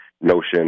notion